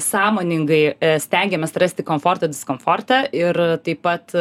sąmoningai stengiamės rasti komfortą diskomforte ir taip pat